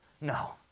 No